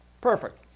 Perfect